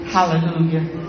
Hallelujah